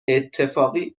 اتفاقی